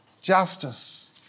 justice